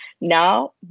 now